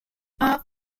off